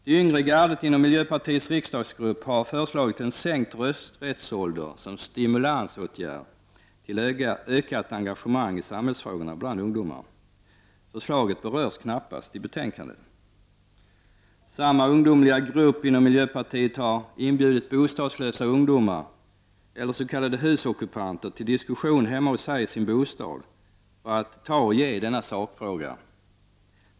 Det yngre gardet inom miljöpartiets riksdagsgrupp har föreslagit en sänkt rösträttsålder, som stimulansåtgärd till ett ökat engagemang i samhällsfrågor bland ungdomar. Förslaget berörs knappast alls i betänkandet. Samma ungdomliga grupp inom miljöpartiet har inbjudit bostadslösa ungdomar, s.k. husockupanter, till diskussion hemma hos sig i sin bostad för att ta och ge i denna sakfråga.